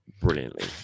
brilliantly